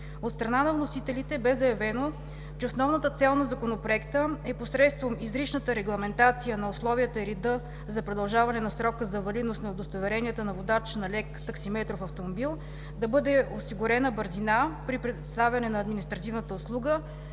От страна на вносителите бе заявено, че основната цел на Законопроекта е посредством изричната регламентация на условията и реда за продължаване на срока за валидност на удостоверенията на водач на лек таксиметров автомобил да бъде осигурена бързина при предоставяне на административната услуга